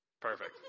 perfect